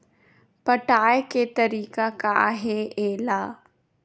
पटाय के तरीका का हे एला?